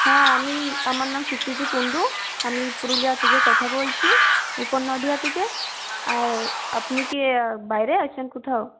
হ্যাঁ আমি আমার নাম সুপ্রীতি কুণ্ডু আমি পুরুলিয়া থেকে কথা বলছি উপর নডিহা থেকে আর আপনি কি বাইরে আছেন কোথাও